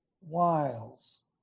Wiles